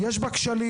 יש בה כשלים,